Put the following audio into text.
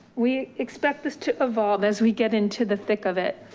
we expect this to evolve as we get into the thick of it